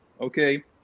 okay